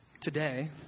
today